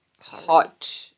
hot